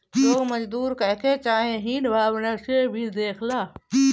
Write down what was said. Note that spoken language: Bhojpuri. लोग मजदूर कहके चाहे हीन भावना से भी देखेला